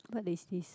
what is this